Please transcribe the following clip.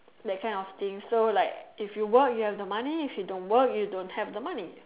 that kind of things so like if you work you have the money if you don't work you don't have the money